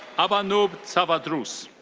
abanoob tawadrous.